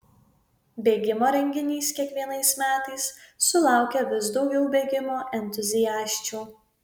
bėgimo renginys kiekvienais metais sulaukia vis daugiau bėgimo entuziasčių